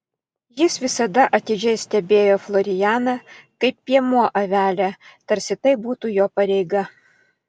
jis visada atidžiai stebėjo florianą kaip piemuo avelę tarsi tai būtų jo pareiga